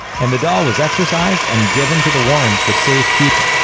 and the doll was exorcised and given to the warrens for safekeeping.